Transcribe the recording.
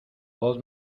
voz